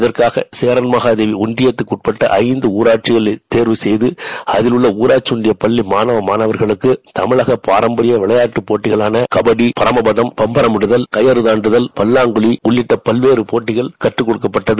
இதற்காக சேரன் மகாதேவி ஒன்றியத்திற்குட்பட்ட ஐந்து ஊராட்சிகளை தேர்வு செய்து அதில் உள்ள ஊராட்சி ஒன்றிய பள்ளி மாணவ மாணவியருக்கு தமிழக பாரம்பரிய விளையாட்டு போட்டிகளான கபடி பரம்பும் பம்பரமிடுதல் கயிறு தாண்டுதல் உள்ளிட்ட பல்வேறு போட்டிகள் நடத்தப்பட்டது